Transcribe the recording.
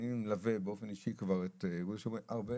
אני מלווה באופן אישי כבר את איגוד המוסכים הרבה.